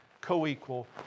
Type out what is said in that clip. co-equal